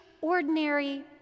ordinary